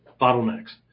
Bottlenecks